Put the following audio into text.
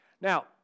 Now